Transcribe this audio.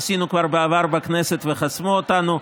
ניסינו כבר בעבר בכנסת וחסמו אותנו,